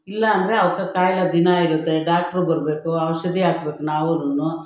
ಇಲ್ಲಾಂದರೆ ಅವುಕ್ಕೆ ಕಾಯಿಲೆ ದಿನ ಇರುತ್ತೆ ಡಾಕ್ಟ್ರು ಬರಬೇಕು ಔಷಧಿ ಹಾಕ್ಬೇಕು ನಾವುನು